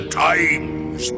times